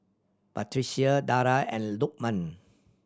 Batrisya Dara and Lukman